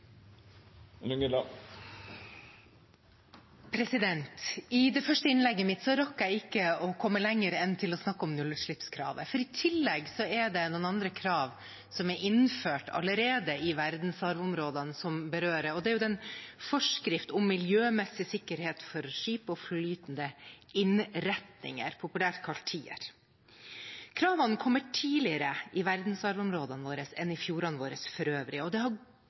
løysinga. I det første innlegget mitt rakk jeg ikke å komme lenger enn til å snakke om nullutslippskravet. I tillegg er det noen andre krav som allerede er innført i verdensarvområdene, som berører dette, og det er forskrift om miljømessig sikkerhet for skip og flytende innretninger, populært kalt Tier. Kravene kommer tidligere i verdensarvområdene våre enn i fjordene våre for øvrig, og det har